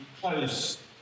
close